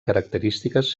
característiques